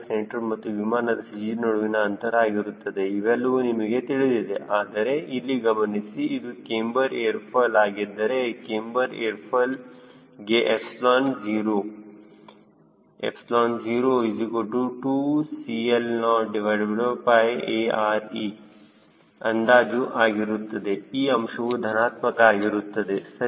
c ಮತ್ತು ವಿಮಾನದ CG ನಡುವಿನ ಅಂತರ ಆಗಿರುತ್ತದೆ ಇವೆಲ್ಲವೂ ನಮಗೆ ತಿಳಿದಿದೆ ಆದರೆ ಇಲ್ಲಿ ಗಮನಿಸಿ ಇದು ಕ್ಯಾಮ್ಬರ್ ಏರ್ ಫಾಯ್ಲ್ ಆಗಿದ್ದರೆ ಕ್ಯಾಮ್ಬರ್ ಏರ್ ಫಾಯ್ಲ್ ಗೆ ಎಪ್ಸಿಲೋನ್ 0 02CL0ARe ಅಂದಾಜು ಆಗಿರುತ್ತದೆ ಈ ಅಂಶವು ಧನಾತ್ಮಕ ಆಗಿರುತ್ತದೆ ಸರಿ